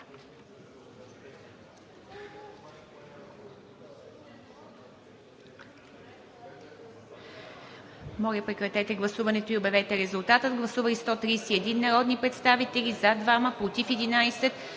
Моля, прекратете гласуването и обявете резултата. Гласували 101 народни представители, за 87, против